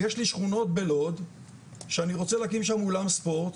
יש לי שכונות בלוד שאני רוצה להקים שם אולם ספורט,